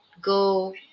Go